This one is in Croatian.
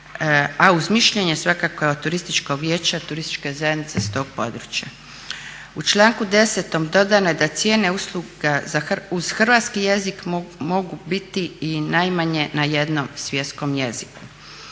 a uz mišljenje svakako turističkog vijeća turističke zajednice s tog područja. U članku 10.dodano je da cijene usluga uz hrvatski jezik mogu biti i najmanje na jednom svjetskom jeziku.